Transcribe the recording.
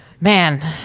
Man